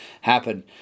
happen